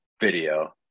video